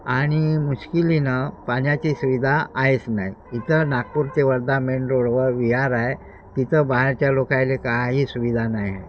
आणि मुश्किलीनं पाण्याची सुविधा आहेच नाही इथं नागपूर ते वर्धा मेन रोडवर विहार आहे तिथं बाहेरच्या लोकाला काही सुविधा नाही आहे